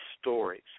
stories